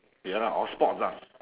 ya lah all sports lah